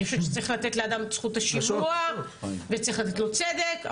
אני חושבת שצריך לתת לאדם את זכות השימוע וצריך לתת לו צדק,